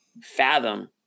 fathom